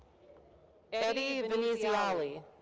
eddie veneziale.